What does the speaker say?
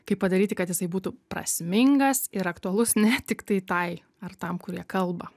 kaip padaryti kad jisai būtų prasmingas ir aktualus ne tiktai tai ar tam kurie kalba